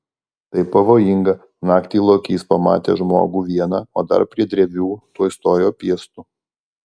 tai pavojinga naktį lokys pamatęs žmogų vieną o dar prie drevių tuoj stoja piestu